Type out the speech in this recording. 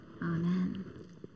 Amen